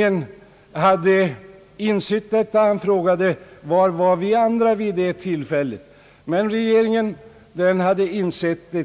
Han frågade, var vi andra fanns vid det tillfället, men regeringen hade insett vad